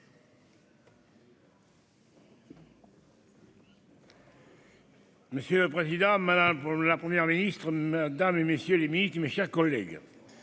Monsieur le président, madame la Première ministre, madame, messieurs les ministres, mes chers collègues,